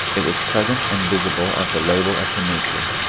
it was present and visible as the label of her nature,